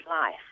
life